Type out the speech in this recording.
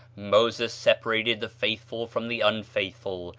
moses separated the faithful from the unfaithful,